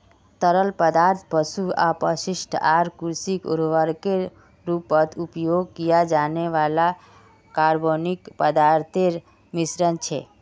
तरल खाद पशु अपशिष्ट आर कृषि उर्वरकेर रूपत उपयोग किया जाने वाला कार्बनिक पदार्थोंर मिश्रण छे